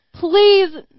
Please